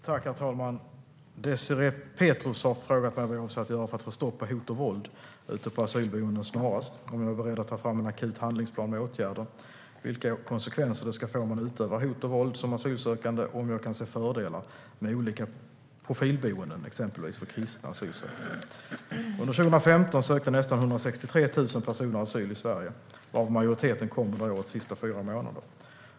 Herr talman! Désirée Pethrus har frågat mig vad jag avser att göra för att få stopp på hot och våld ute på våra asylboenden snarast, om jag är beredd att ta fram en akut handlingsplan med åtgärder, vilka konsekvenser det ska få om man utövar hot och våld som asylsökande och om jag kan se fördelar med olika profilboenden, exempelvis för kristna asylsökande. Under 2015 sökte nästan 163 000 personer asyl i Sverige, varav majoriteten kom under årets sista fyra månader.